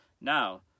Now